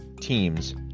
teams